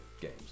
games